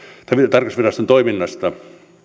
tarkastusviraston toiminnasta